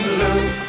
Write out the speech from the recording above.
blue